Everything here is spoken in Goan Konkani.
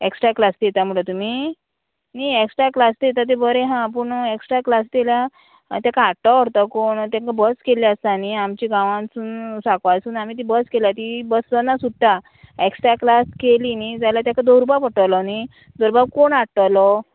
एक्स्ट्रा क्लास दिता म्हणटा तुमी न्ही एक्स्ट्रा क्लास दिता तें बरें आहा पूण एक्स्ट्रा क्लास दिल्यार तेका हाडटो व्हरता कोण तेंका बस केल्ले आसा न्ही आमच्या गांवानसून सांकवाळसून आमी ती बस केल्या ती बस दोना सुट्टा एक्स्ट्रा क्लास केली न्ही जाल्यार तेका दवरुपा पडटलो न्ही दवरुपा कोण हाडटलो